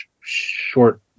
short